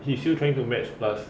he still trying to match plus